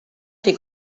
fer